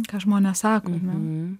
ką žmonės sako ane